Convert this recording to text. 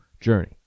journey